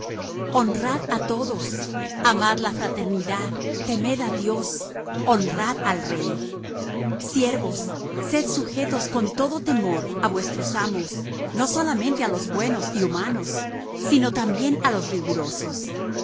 honrad á todos amad la fraternidad temed á dios honrad al rey siervos sed sujetos con todo temor á vuestros amos no solamente á los buenos y humanos sino también á los rigurosos